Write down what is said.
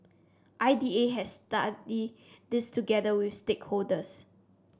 I D A has studied this together with stakeholders